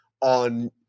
on